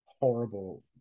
horrible